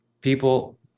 People